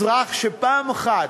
אזרח שפעם אחת,